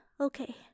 okay